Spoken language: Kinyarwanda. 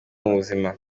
mubuzima